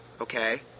Okay